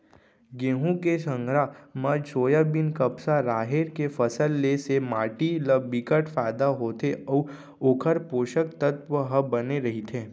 गहूँ के संघरा म सोयाबीन, कपसा, राहेर के फसल ले से माटी ल बिकट फायदा होथे अउ ओखर पोसक तत्व ह बने रहिथे